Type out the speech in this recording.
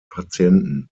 patienten